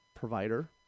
provider